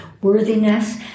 worthiness